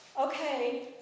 Okay